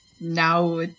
now